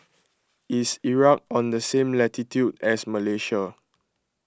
is Iraq on the same latitude as Malaysia